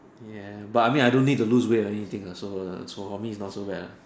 ya but I mean I don't need to lose weight or anything also uh so for me is not so bad